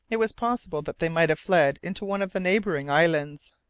it was possible that they might have fled into one of the neighbouring islands.